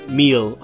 meal